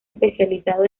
especializado